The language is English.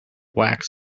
wax